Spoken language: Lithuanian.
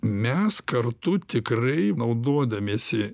mes kartu tikrai naudodamiesi